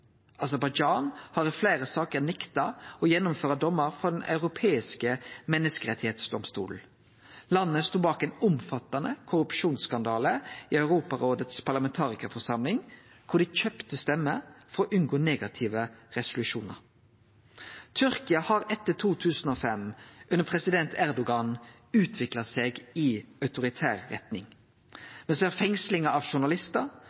Aserbajdsjan har i fleire saker nekta å gjennomføre dommar frå Den europeiske menneskerettsdomstolen. Landet stod bak ein omfattande korrupsjonsskandale i Europarådets parlamentariske forsamling, der dei kjøpte stemmer for å unngå negative resolusjonar. Tyrkia har etter 2005, under president Erdogan, utvikla seg i autoritær retning. Me ser fengsling av